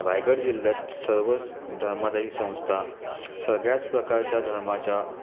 रायगड जिल्ह्यात सर्वच धर्मादायी संस्था सगळ्याच प्रकारच्या धर्माच्या